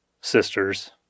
sisters